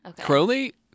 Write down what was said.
Crowley